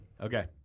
Okay